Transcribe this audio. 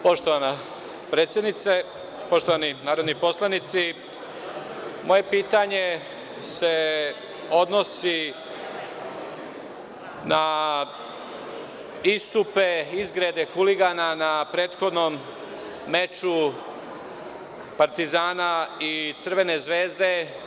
Poštovana predsednice, poštovani narodni poslanici, moje pitanje se odnosi na istupe, izgrede huligana na prethodnom meču Partizana i Crvene Zvezde.